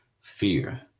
fear